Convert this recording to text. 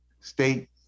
State